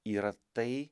yra tai